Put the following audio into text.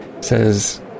says